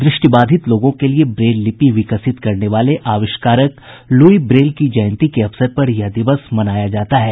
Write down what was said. दृष्टिबाधित लोगों के लिए ब्रेल लिपि विकसित करने वाले आविष्कारक लुई ब्रेल की जयंती के अवसर पर यह दिवस मनाया जाता है